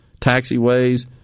taxiways